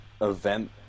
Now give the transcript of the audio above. event